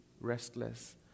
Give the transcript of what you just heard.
restless